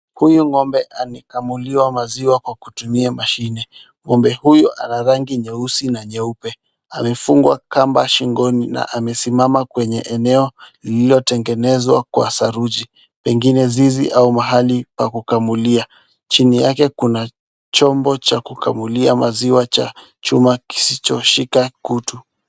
Huyu Ng'ombe anakamuliwa maziwa kwa kutumia mashine. Ng'ombe huyu ana rangi nyeusi na nyeupe , amefungwa kamba shingoni na amesimama kwenye eneo lililotengenezwa kwa saruji, pengine zizi au mahali pa kukamulia. Chini yake kuna chombo cha kukamulia maziwa cha chuma kisichoshika kutu.